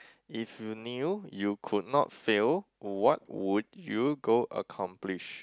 if you knew you could not fail what would you go accomplish